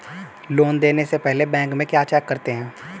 Loan देने से पहले बैंक में क्या चेक करते हैं?